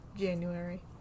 January